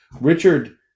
Richard